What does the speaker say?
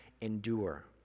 endure